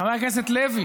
חבר הכנסת לוי